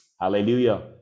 Hallelujah